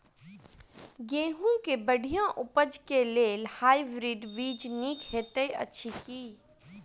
गेंहूँ केँ बढ़िया उपज केँ लेल हाइब्रिड बीज नीक हएत अछि की?